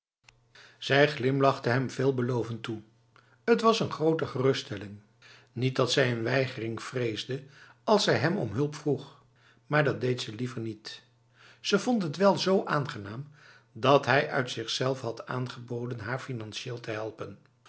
zij glimlachte hem veelbelovend toe het was een grote geruststellingl niet dat zij een weigering vreesde als zij hem om hulp vroeg maar dat deed ze liever niet ze vond het wél zo aangenaam dat hij uit zichzelve had aangeboden haar financieel te helpen